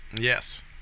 Yes